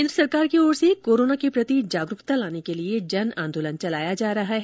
केन्द्र सरकार की ओर से कोरोना के प्रति जागरूकता लाने के लिए जन आंदोलन चलाया जा रहा है